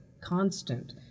constant